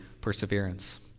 perseverance